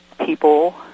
people